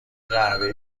قهوه